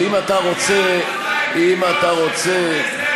חבר הכנסת גילאון, אבל אם אתה רוצה,